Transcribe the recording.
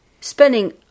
spending